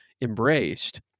embraced—